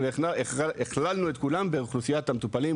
והכללנו את כולם באוכלוסיית המטופלים,